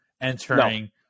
entering